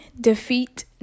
defeat